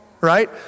Right